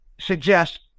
suggest